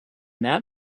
that